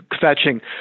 fetching